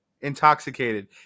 intoxicated